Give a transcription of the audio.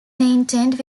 maintained